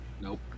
Nope